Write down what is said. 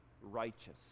righteous